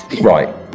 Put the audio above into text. Right